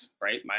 right